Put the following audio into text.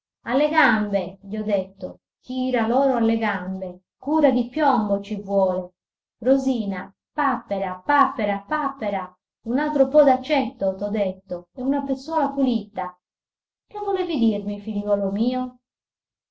alle gambe gli ho detto tira loro alle gambe cura di piombo ci vuole rosina papera papera papera un altro po d'aceto t'ho detto e una pezzuola pulita che volevi dirmi figliuolo mio